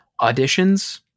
auditions